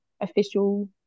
official